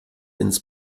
ins